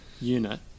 unit